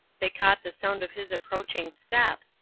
they caught the sound of his approaching step.